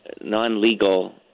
non-legal